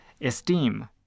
esteem